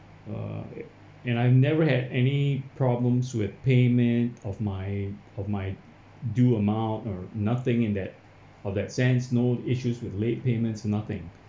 uh and I never had any problems with payment of my of my due amount or nothing in that of that sense no issues with late payments and nothing